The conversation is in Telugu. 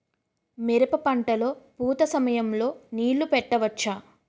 మిరప పంట లొ పూత సమయం లొ నీళ్ళు పెట్టవచ్చా?